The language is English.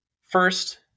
first